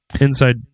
Inside